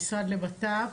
המשרד לבט"פ.